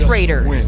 Raiders